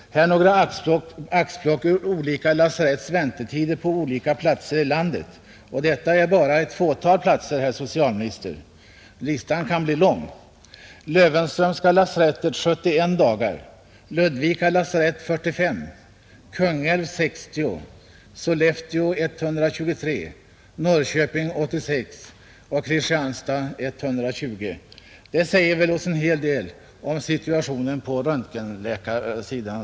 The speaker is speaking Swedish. Här är några axplock ur väntetiderna vid några lasarett på olika platser i landet. Det är bara ett fåtal platser, herr socialminister — listan kan bli lång. Väntetiderna är vid Löwenströmska lasarettet 71 dagar, vid Ludvika lasarett 45 dagar, Kungälv 60 dagar, Sollefteå 123 dagar, Norrköping 86 dagar och Kristianstad 120 dagar. Detta säger oss en hel del om dagens situation på röntgenläkarsidan,